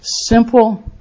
Simple